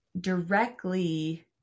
directly